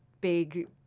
big